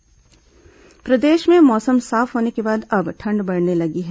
मौसम प्रदेश में मौसम साफ होने के बाद अब ठंड बढ़ने लगी है